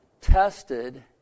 tested